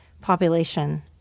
population